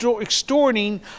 extorting